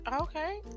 Okay